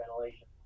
ventilation